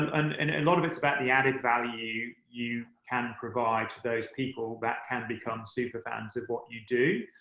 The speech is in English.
and um a lot of it's about the added value you you can and provide to those people that can become superfans of what you do.